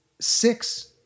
six